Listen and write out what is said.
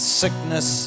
sickness